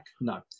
No